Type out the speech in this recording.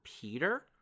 Peter